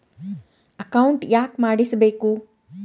Account ಯಾಕ್ ಮಾಡಿಸಬೇಕು?